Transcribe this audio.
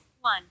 One